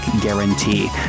guarantee